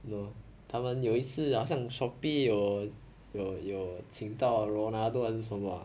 you know 他们有一次好像 shopee 有有有情到 ronaldo 还是什么 ah